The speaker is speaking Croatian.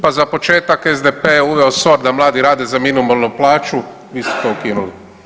Pa za početak SDP je uveo … da mladi rade za minimalnu plaću, vi ste to ukinuli.